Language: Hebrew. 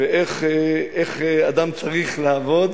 ואיך אדם צריך לעבוד.